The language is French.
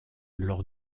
lors